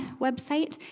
website